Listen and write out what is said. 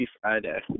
Friday